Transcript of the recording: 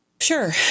sure